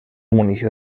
munició